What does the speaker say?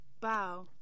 Bow